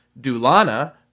Dulana